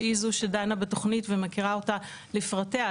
שהיא זו שדנה בתוכנית ומכירה אותה לפרטיה,